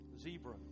zebra